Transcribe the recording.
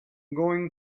going